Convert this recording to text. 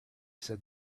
said